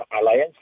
alliance